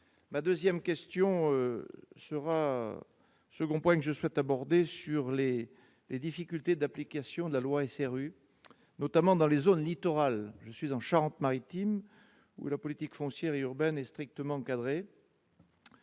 ma 2ème question sera second point que je souhaite aborder sur les les difficultés d'application de la loi SRU, notamment dans les zones littorales, je suis en Charente-Maritime, où la politique foncière urbaine est strictement cadré.